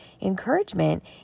encouragement